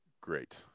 Great